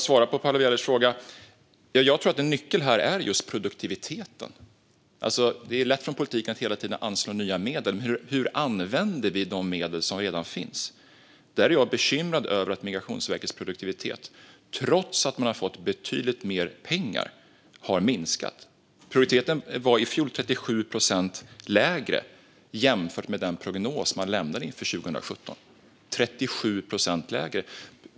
Svaret på Paula Bielers fråga är att nyckeln är just produktiviteten. Det är lätt att från politiken hela tiden anslå nya medel. Men hur använder vi de medel som redan finns? Jag är bekymrad över att Migrationsverkets produktivitet har minskat, trots att man har fått betydligt mer pengar. I fjol var dess produktivitet 37 procent lägre än den prognos som man lämnade inför 2017.